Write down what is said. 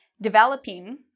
developing